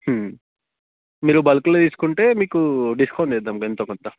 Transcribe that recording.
మీరు బల్క్లో తీసుకుంటే మీకు డిస్కౌంట్ ఇద్దాము ఎంతో కొంత